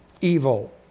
Evil